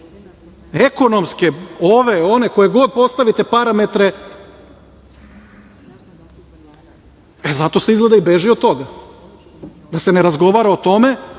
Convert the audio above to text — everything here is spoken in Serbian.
ekonomske, ove, one, koje god postavite parametre. Zato se izgleda i beži od toga, da se ne razgovara o tome,